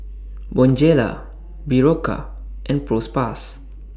Bonjela Berocca and Propass